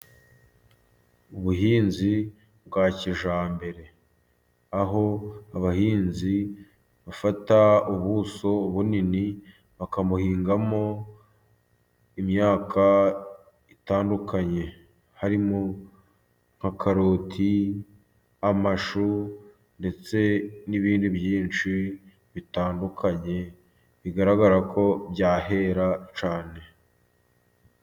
Ubuhinzi bwa kijyambere, aho abahinzi bafata ubuso bunini bakabuhingamo imyaka itandukanye, harimo nk'akaroti, amashu, ndetse n'ibindi byinshi bitandukanye bigaragara ko byahera cyane.